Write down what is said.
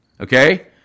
okay